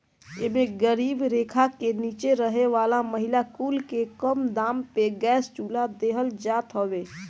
एमे गरीबी रेखा के नीचे रहे वाला महिला कुल के कम दाम पे गैस चुल्हा देहल जात हवे